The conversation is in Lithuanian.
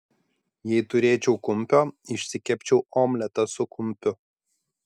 jei turėčiau kumpio išsikepčiau omletą su kumpiu